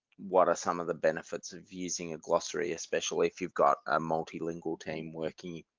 what are some of the benefits of using a glossary especially if you've got a multilingual team working.